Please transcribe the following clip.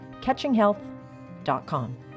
catchinghealth.com